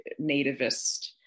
nativist